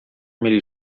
mieli